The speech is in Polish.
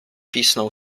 pisnął